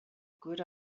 good